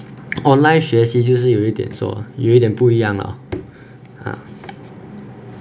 online 学习就是有一点 so 有一点不一样 lor ah